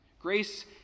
grace